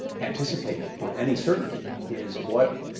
anticipate with any certainty is what